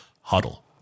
huddle